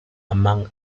among